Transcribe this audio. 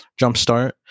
jumpstart